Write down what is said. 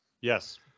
yes